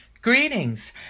Greetings